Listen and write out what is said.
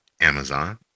Amazon